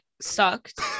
sucked